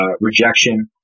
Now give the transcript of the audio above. rejection